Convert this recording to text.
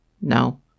No